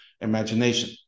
imagination